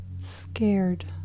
scared